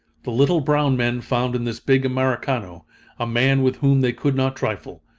the little brown men found in this big americano a man with whom they could not trifle,